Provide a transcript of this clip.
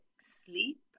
sleep